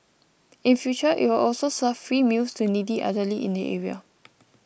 in future it will also serve free meals to needy elderly in the area